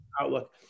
outlook